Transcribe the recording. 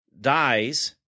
dies